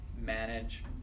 manage